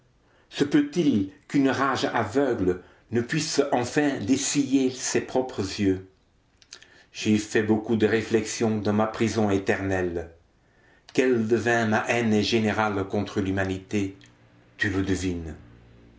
se peut-il qu'une rage aveugle ne puisse enfin dessiller ses propres yeux j'ai fait beaucoup de réflexions dans ma prison éternelle quelle devint ma haine générale contre l'humanité tu le devines